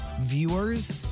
viewers